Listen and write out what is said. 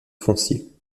foncier